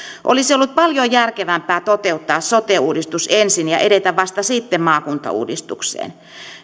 olisi ollut paljon järkevämpää toteuttaa sote uudistus ensin ja edetä vasta sitten maakuntauudistukseen